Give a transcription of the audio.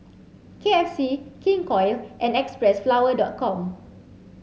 K F C King Koil and Xpressflower dot com